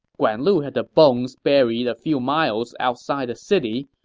guan lu had the bones buried a few miles outside the city,